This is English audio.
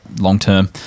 long-term